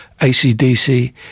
acdc